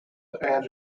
were